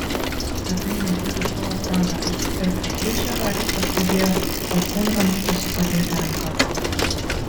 svetainės durys buvo praviros ir pro plyšį haris pastebėjo alkūnramstį su padėta ranka